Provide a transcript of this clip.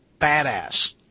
Badass